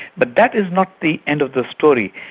but that is not the end of the story.